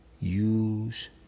Use